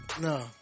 No